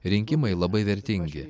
rinkimai labai vertingi